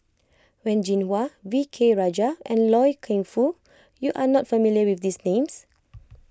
Wen Jinhua V K Rajah and Loy Keng Foo you are not familiar with these names